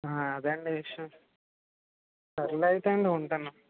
అదే అండీ విషయం సర్లేండి అయితే ఉంటాను